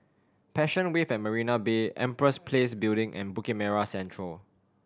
Passion Wave at Marina Bay Empress Place Building and Bukit Merah Central